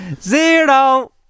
Zero